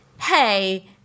hey